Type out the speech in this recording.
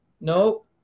No